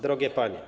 Drogie panie.